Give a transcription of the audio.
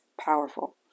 powerful